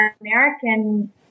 American